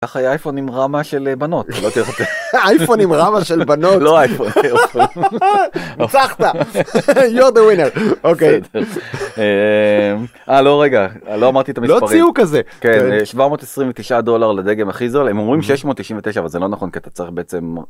אייפון עם רמה של בנות אייפון עם רמה של בנות אוקיי לא רגע לא אמרתי את המספרים כזה 729 דולר לדגם הכי זול הם אומרים 699 אבל זה לא נכון כי אתה צריך בעצם.